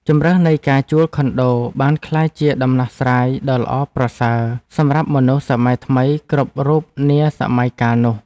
ជម្រើសនៃការជួលខុនដូបានក្លាយជាដំណោះស្រាយដ៏ល្អប្រសើរសម្រាប់មនុស្សសម័យថ្មីគ្រប់រូបនាសម័យកាលនេះ។